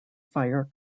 fire